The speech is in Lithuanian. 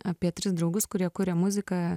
apie tris draugus kurie kuria muziką